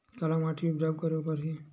काला माटी उपजाऊ काबर हे?